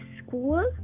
school